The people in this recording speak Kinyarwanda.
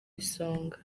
isonga